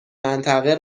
منطقه